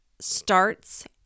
starts